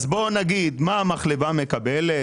בואו נגיד מה המחלבה מקבלת,